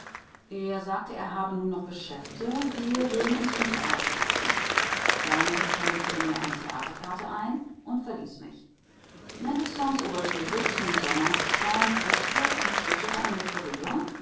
er sagte er habe nun noch geschäfte wir würden uns im theater treffen damit händigte er mir eine theaterkarte ein und verließ mich mendelssohns ouvertüre zum sommernachtstraum huschte und zwitscherte an mir vorüber